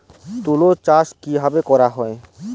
তুলো চাষ কিভাবে করা হয়?